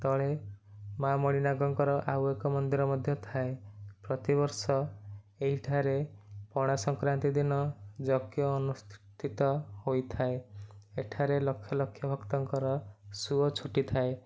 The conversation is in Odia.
ତଳେ ମା' ମଣିନାଗଙ୍କର ଆଉ ଏକ ମନ୍ଦିର ମଧ୍ୟ ଥାଏ ପ୍ରତିବର୍ଷ ଏହିଠାରେ ପଣା ସଂକ୍ରାନ୍ତି ଦିନ ଯଜ୍ଞ ଅନୁଷ୍ଠିତ ହୋଇଥାଏ ଏଠାରେ ଲକ୍ଷ ଲକ୍ଷ ଭକ୍ତଙ୍କର ସୁଅ ଛୁଟି ଥାଏ